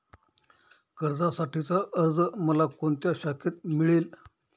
कर्जासाठीचा अर्ज मला कोणत्या शाखेत मिळेल?